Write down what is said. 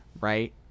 right